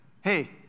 hey